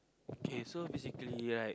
okay so basically right